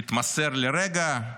מתמסר לרגע,